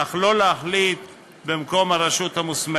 אך לא להחליט במקום הרשות המוסמכת.